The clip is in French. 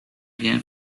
rien